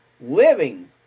Living